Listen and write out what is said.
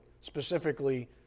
specifically